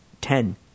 Ten